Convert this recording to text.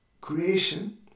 creation